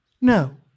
No